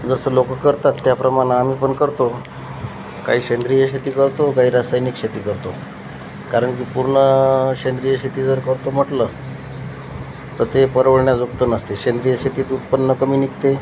जसं लोक करतात त्याप्रमाणं आम्ही पण करतो काही सेंद्रिय शेती करतो काही रासायनिक शेती करतो कारण की पूर्ण सेंद्रिय शेती जर करतो म्हटलं तर ते परवडण्याजोगतं नसते सेंद्रीय शेतीत उत्पन्न कमी निघते